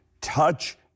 touch